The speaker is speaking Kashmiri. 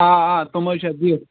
آ آ تِم حظ چھےٚ بِہتھ